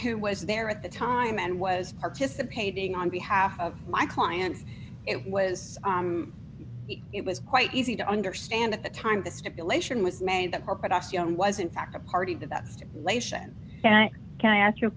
who was there at the time and was participating on behalf of my clients it was it was quite easy to understand at the time the stipulation was made that was in fact a party the best lation and i can ask you a